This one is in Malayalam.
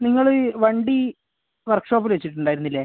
നിങ്ങൾ വണ്ടി വർക്ക് ഷോപ്പിൽ വെച്ചിട്ടുണ്ടായിരുന്നില്ലേ